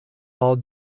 all